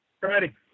Ready